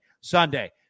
Sunday